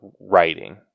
Writing